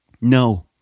No